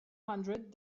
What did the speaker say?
hundred